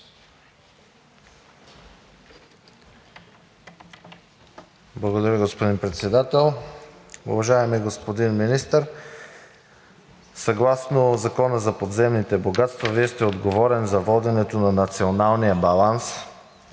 Благодаря, господин Председател. Уважаеми господин Министър, съгласно Закона за подземните богатства Вие сте отговорен за воденето на Националния баланс